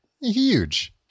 huge